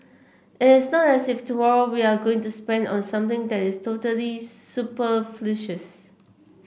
it is not as if tomorrow we are going to spend on something that is totally super